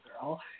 girl